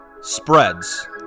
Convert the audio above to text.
spreads